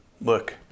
look